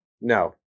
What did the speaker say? No